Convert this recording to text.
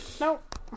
nope